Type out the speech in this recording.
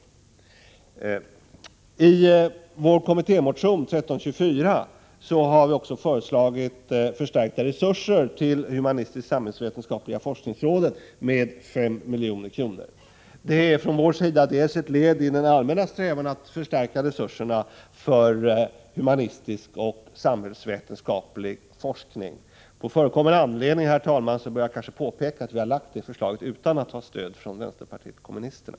Vidare har vi i vår kommittémotion 1324 föreslagit en förstärkning av resurserna till humanistisk-samhällsvetenskapliga forskningsrådet med 5 milj.kr. Vad gäller vårt parti är det ett led i våra allmänna strävanden att förstärka resurserna för humanistisk och samhällsvetenskaplig forskning. På förekommen anledning bör jag kanske, herr talman, påpeka att vi har lagt fram det förslaget utan att ha stöd från vänsterpartiet kommunisterna.